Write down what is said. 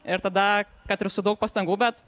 ir tada kad ir su daug pastangų bet